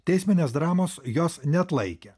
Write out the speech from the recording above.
teisminės dramos jos neatlaikė